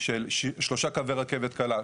שלושה קווי רכבת קלה,